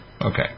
okay